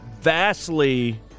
vastly